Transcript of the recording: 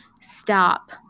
stop